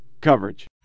coverage